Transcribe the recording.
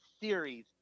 series